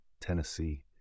Tennessee